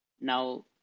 now